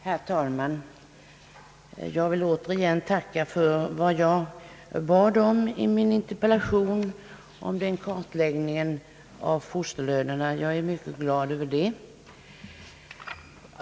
Herr talman! Jag vill återigen tacka för att jag fått det besked jag bad om i min interpellation, nämligen att det skall göras en kartläggning av fosterlönerna. Jag är mycket glad åt det.